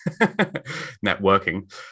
networking